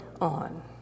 on